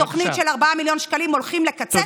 אבל תוכנית של 4 מיליון שקלים הולכים לקצץ,